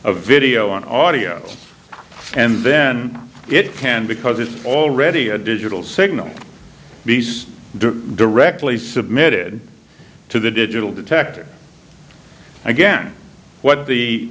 of video on audio and then it can because it's already a digital signal beast directly submitted to the digital detector again what the